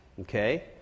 Okay